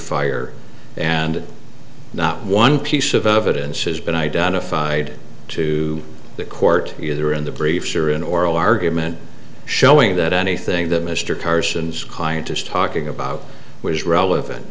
fire and not one piece of evidence has been identified to the court either in the briefs or in oral argument showing that anything that mr carson's client is talking about was relevant